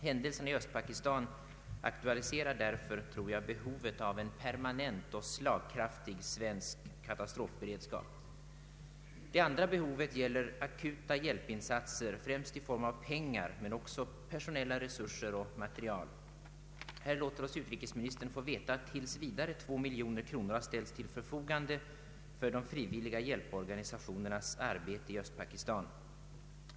Händelserna i Östpakistan akualiserar därför behovet av en permanent och slagkraftig svensk katastrofberedskap. Det andra behovet gäller akuta hjälpinsatser, främst i form av pengar men också personella resurser och material. Här låter oss utrikesministern få veta att tills vidare 2 miljoner kronor ställts till förfogande för de frivilliga hjälporganisationernas arbete i Östpakistan.